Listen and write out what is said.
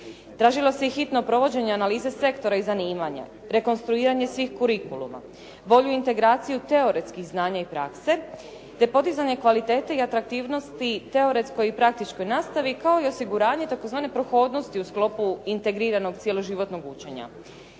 Tražilo se i hitno provođenje analize sektora i zanimanja, rekonstruiranje svih kurikuluma, bolju integraciju teoretskih znanja i prakse te podizanje kvalitete i atraktivnosti teoretskoj i praktičnoj nastavi, kao i osiguranje tzv. prohodnosti u sklopu integriranog cjeloživotnog učenja.